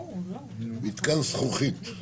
מתקן זכוכית.